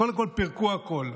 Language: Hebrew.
קודם כול פירקו הכול.